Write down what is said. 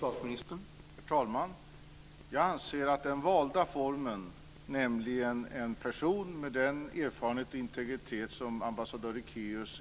Herr talman! Jag anser att den valda formen, nämligen en person med den erfarenhet och integritet som ambassadör Ekéus